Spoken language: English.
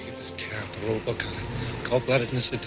just tear up the rule book on cold-bloodedness.